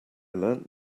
learned